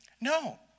No